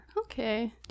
Okay